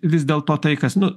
vis dėlto tai kas nu